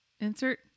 Insert